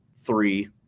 three